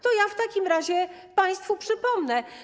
To ja w takim razie państwu przypomnę.